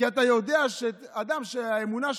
כי אתה יודע שזה אדם וזו האמונה שלו.